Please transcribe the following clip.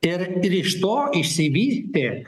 ir ir iš to išsivystė